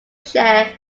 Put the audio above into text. share